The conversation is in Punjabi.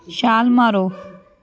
ਛਾਲ ਮਾਰੋ